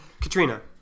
Katrina